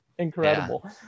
incredible